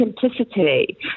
simplicity